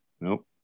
Nope